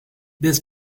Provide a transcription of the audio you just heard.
this